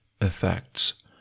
effects